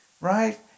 right